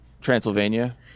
Transylvania